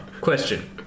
Question